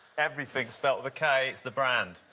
everything is spelt with a k, it's the brand.